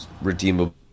redeemable